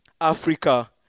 Africa